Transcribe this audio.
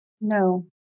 No